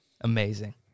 Amazing